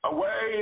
Away